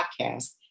podcast